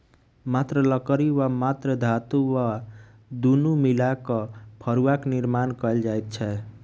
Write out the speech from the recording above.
मात्र लकड़ी वा मात्र धातु वा दुनू मिला क फड़ुआक निर्माण कयल जाइत छै